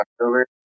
October